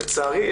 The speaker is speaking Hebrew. לצערי,